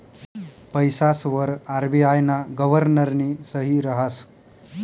पैसासवर आर.बी.आय ना गव्हर्नरनी सही रहास